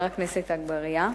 חבר הכנסת אגבאריה,